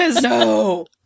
No